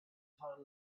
heart